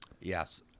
Yes